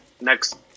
next